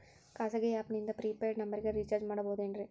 ಖಾಸಗಿ ಆ್ಯಪ್ ನಿಂದ prepaid ನಂಬರಿಗ ರೇಚಾರ್ಜ್ ಮಾಡಬಹುದೇನ್ರಿ?